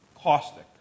caustic